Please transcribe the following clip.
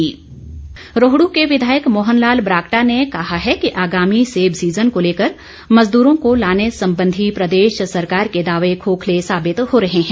ब्राक्टा रोहडू के विधायक मोहन लाल ब्राक्टा ने कहा है कि आगामी सेब सीजन को लेकर मज़दूरों को लाने संबंधी प्रदेश सरकार के दावे खोखले साबित हो रहे हैं